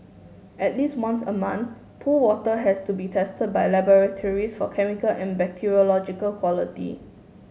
at least once a month pool water has to be tested by laboratories for chemical and bacteriological quality